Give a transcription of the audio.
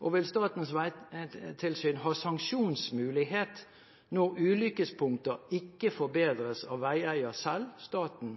Og: Vil Vegtilsynet ha sanksjonsmulighet når ulykkespunkter ikke forbedres av veieier selv, staten,